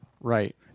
Right